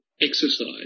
exercise